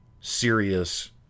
serious